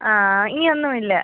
ആ ഇനി ഒന്നും ഇല്ല